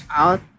out